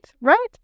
right